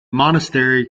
monastery